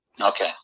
Okay